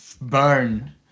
burn